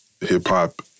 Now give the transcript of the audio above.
hip-hop